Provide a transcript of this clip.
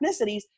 ethnicities